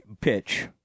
pitch